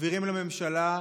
שמבהירים לממשלה: